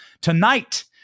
tonight